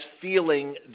feeling